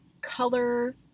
color